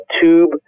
tube